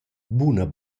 buna